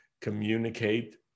communicate